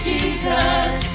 Jesus